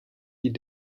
die